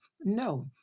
no